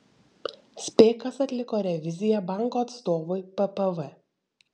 spėk kas atliko reviziją banko atstovui ppv